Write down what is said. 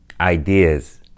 ideas